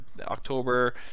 October